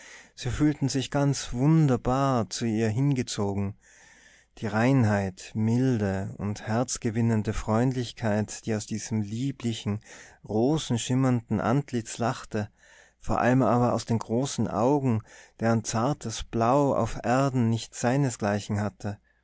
sie fühlten sich ganz wunderbar zu ihr hingezogen die reinheit milde und herzgewinnende freundlichkeit die aus diesem lieblichen rosenschimmernden antlitz lachte vor allem aber aus den großen augen deren zartes blau auf erden nicht seinesgleichen hatte